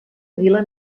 vila